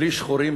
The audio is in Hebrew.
בלי שחורים,